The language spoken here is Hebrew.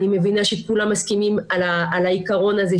אני מבינה שכולם מסכימים על העיקרון הזה,